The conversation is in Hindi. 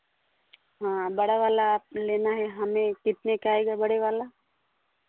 हाँ बड़ा वाला आप लेना है हमें कितने का आएगा बड़े वाला